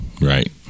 right